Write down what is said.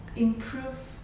improve